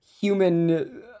human